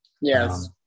yes